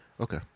Okay